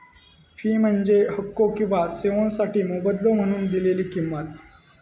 fee म्हणजे हक्को किंवा सेवोंसाठी मोबदलो म्हणून दिलेला किंमत